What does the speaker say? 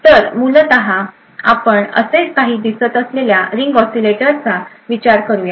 तर मूलत आपण असे काही दिसत असलेल्या रिंग ऑसीलेटरचा विचार करूया